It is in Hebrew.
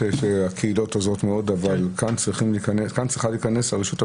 הקהילות עוזרות מאוד אבל כאן צריכה להיכנס הרשות המקומית.